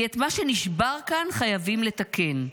כי את מה שנשבר כאן חייבים לתקן,